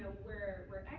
ah we're we're